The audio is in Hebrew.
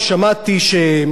שְמִינֵי שרים,